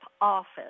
office